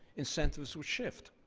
incentives would shift.